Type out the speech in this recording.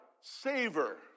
savor